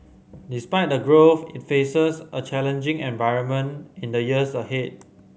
despite the growth it faces a challenging environment in the years ahead